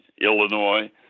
Illinois